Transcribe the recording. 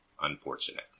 unfortunate